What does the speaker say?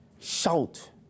Shout